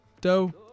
Doe